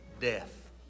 Death